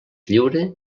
lliure